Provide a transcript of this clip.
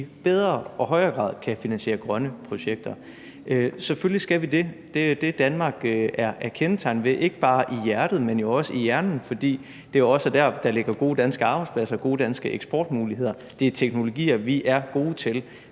bedre og højere grad kan finansiere grønne projekter. Selvfølgelig skal vi det, for det er det, Danmark er kendetegnet ved, ikke bare i hjertet, men også i hjernen, fordi det også er der, der ligger gode danske arbejdspladser, gode danske eksportmuligheder. Det er teknologier, vi er gode til,